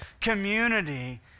community